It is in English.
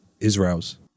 Israel's